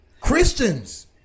Christians